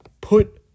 put